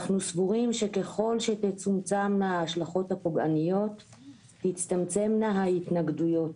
אנחנו סבורים שככל שתצומצם ההשלכות הפוגעניות תצטמצמנה ההתנגדויות.